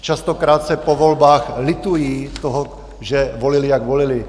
Častokrát po volbách litují toho, že volili, jak volili.